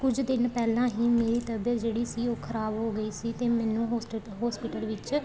ਕੁਝ ਦਿਨ ਪਹਿਲਾਂ ਹੀ ਮੇਰੀ ਤਬੀਅਤ ਜਿਹੜੀ ਸੀ ਉਹ ਖ਼ਰਾਬ ਹੋ ਗਈ ਸੀ ਅਤੇ ਮੈਨੂੰ ਹੋਸਟ ਹੋਸਪੀਟਲ ਵਿੱਚ